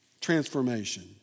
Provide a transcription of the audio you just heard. transformation